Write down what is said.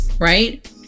right